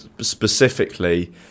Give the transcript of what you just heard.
specifically